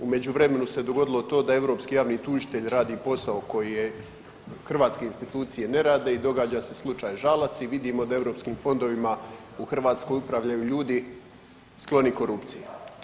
U međuvremenu se dogodilo to da europski javni tužitelj radi posao koji je, hrvatske institucije ne rade i događa se slučaj Žalac i vidimo da europskim fondovima u Hrvatskoj upravljaju ljudi skloni korupciji.